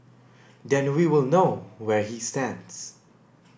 then we will know where he stands